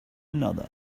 another